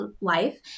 life